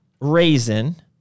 raisin